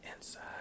Inside